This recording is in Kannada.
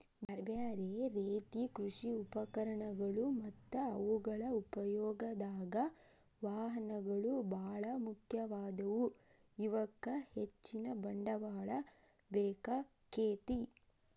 ಬ್ಯಾರ್ಬ್ಯಾರೇ ರೇತಿ ಕೃಷಿ ಉಪಕರಣಗಳು ಮತ್ತ ಅವುಗಳ ಉಪಯೋಗದಾಗ, ವಾಹನಗಳು ಬಾಳ ಮುಖ್ಯವಾದವು, ಇವಕ್ಕ ಹೆಚ್ಚಿನ ಬಂಡವಾಳ ಬೇಕಾಕ್ಕೆತಿ